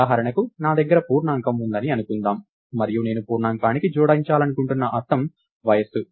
ఉదాహరణకు నా దగ్గర పూర్ణాంకం ఉందని అనుకుందాం మరియు నేను పూర్ణాంకానికి జోడించాలనుకుంటున్న అర్థం వయస్సు